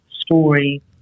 story